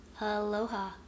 Aloha